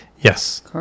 Yes